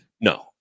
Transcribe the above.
No